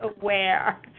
aware